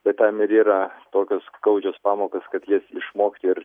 bet tam ir yra tokios skaudžios pamokos kad jas išmokti ir